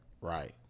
right